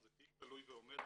זה תיק תלוי ועומד,